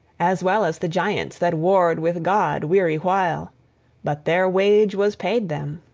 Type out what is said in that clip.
as well as the giants that warred with god weary while but their wage was paid them!